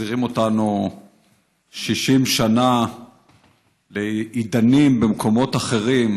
מחזירים אותנו 60 שנה לעידנים במקומות אחרים